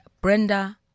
Brenda